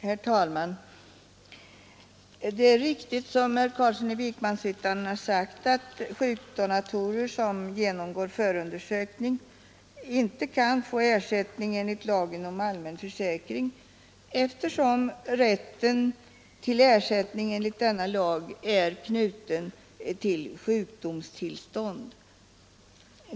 Herr talman! Det är riktigt som herr Carlsson i Vikmanshyttan har sagt, nämligen att njurdonatorer som genomgår förundersökning inte kan få ersättning enligt lagen om allmän försäkring, eftersom rätten till ersättning enligt denna lag är knuten till sjukdomstillstånd.